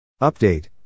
Update